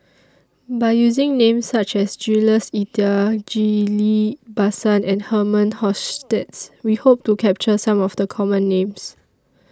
By using Names such as Jules Itier Ghillie BaSan and Herman Hochstadt We Hope to capture Some of The Common Names